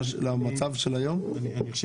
וזה עוד